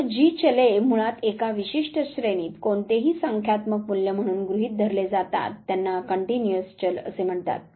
तर जी चले मुळात एका विशिष्ट श्रेणीत कोणतेही संख्यात्मक मूल्य म्हणून गृहीत धरले जातात त्यांना कंटिन्युअस चल असे म्हणतात